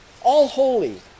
all-holy